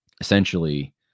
essentially